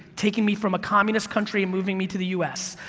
taking me from a communist country moving me to the us.